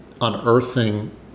unearthing